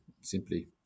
simply